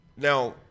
Now